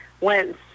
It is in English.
went